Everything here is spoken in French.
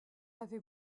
avait